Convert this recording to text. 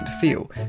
feel